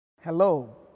Hello